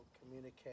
Communicate